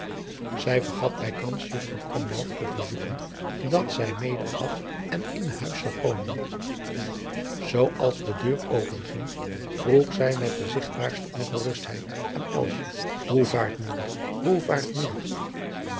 zij vergat bijkans juffrouw krombalg te verzoeken dat zij mede af en in huis zou komen zoo als de deur open ging vroeg zij met de zigtbaarste onrust aan elsje hoe vaart moeder hoe vaart moeder